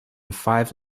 five